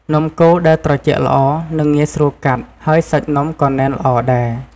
នំកូរដែលត្រជាក់ល្អ នឹងងាយស្រួលកាត់ ហើយសាច់នំក៏ណែនល្អដែរ។